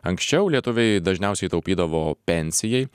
anksčiau lietuviai dažniausiai taupydavo pensijai